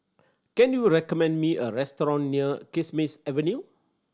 can you recommend me a restaurant near Kismis Avenue